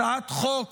הצעת חוק